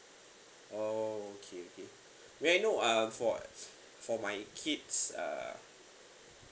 orh okay okay may I know uh for for my kids uh